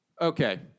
Okay